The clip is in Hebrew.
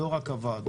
לא רק הוועדות.